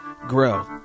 grow